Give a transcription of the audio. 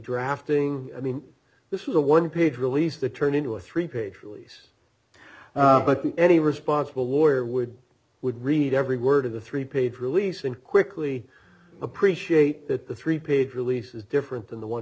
drafting i mean this is a one page release that turned into a three page release but any responsible lawyer would would read every word of a three page release in quickly appreciate that the three page releases different than the one